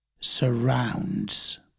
surrounds